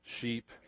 sheep